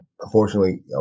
unfortunately